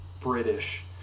British